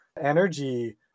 energy